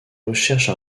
recherche